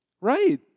Right